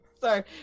Sorry